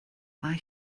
mae